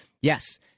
Yes